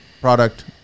product